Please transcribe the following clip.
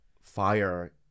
fire